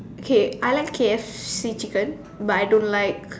okay I like K_F_C chicken but I don't like